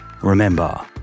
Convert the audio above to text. remember